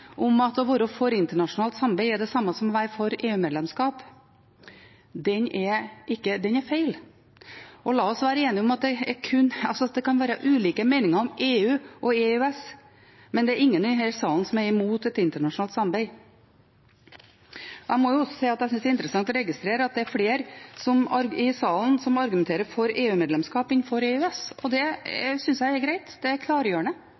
det samme som å være for EU-medlemskap, den er feil. La oss være enige om at det kan være ulike meninger om EU og EØS, men det er ingen i denne salen som er imot et internasjonalt samarbeid. Jeg må også si at jeg synes det er interessant å registrere at det er flere i salen som argumenterer for EU-medlemskap, enn for EØS. Det synes jeg er greit – det er klargjørende,